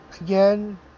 Again